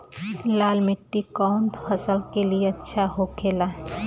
लाल मिट्टी कौन फसल के लिए अच्छा होखे ला?